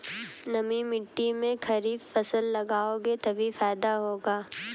नमी मिट्टी में खरीफ फसल लगाओगे तभी फायदा होगा